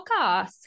Podcast